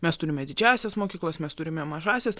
mes turime didžiąsias mokyklas mes turime mažąsias